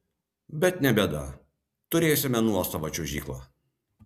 bet ne bėda turėsime nuosavą čiuožyklą